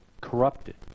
corrupted